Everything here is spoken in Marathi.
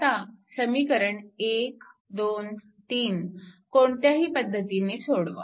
आता समीकरण 1 2 3 कोणत्याही पद्धतीने सोडवा